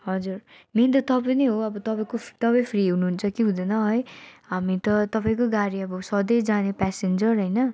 हजुर मेन त तपाईँ नै हो अब तपाईँको तपाईँ फ्री हुनुहुन्छ कि हुँदैन है हामी त तपाईँको गाडी अब सधैँ जाने प्यासेन्जर होइन